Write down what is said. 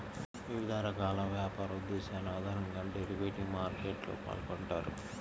వివిధ రకాల వ్యాపార ఉద్దేశాల ఆధారంగా డెరివేటివ్ మార్కెట్లో పాల్గొంటారు